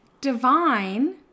Divine